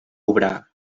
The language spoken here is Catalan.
obrar